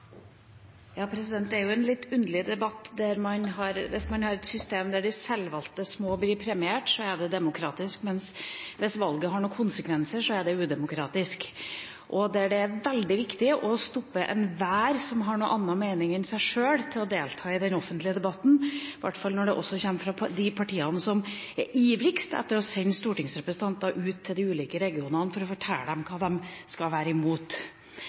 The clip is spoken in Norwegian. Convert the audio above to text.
jo en litt underlig debatt når det er slik at hvis man har et system der de som selvvalgt er små, blir premiert, da er det demokratisk, men hvis valget har noen konsekvenser, er det udemokratisk, og når det er veldig viktig å stoppe enhver som har en annen mening enn en selv, i å delta i den offentlige debatten, i hvert fall når det også kommer fra de partiene som er ivrigst etter å sende stortingsrepresentanter ut til de ulike regionene for å fortelle dem hva de skal være imot.